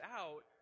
out